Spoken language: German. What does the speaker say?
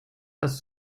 das